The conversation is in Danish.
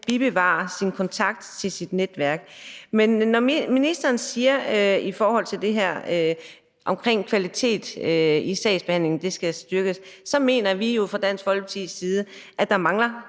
kan bevare sin kontakt til sit netværk. Men når ministeren i forhold til det her omkring kvalitet i sagsbehandlingen siger, at det skal styrkes, så mener vi jo fra Dansk Folkepartis side, at der mangler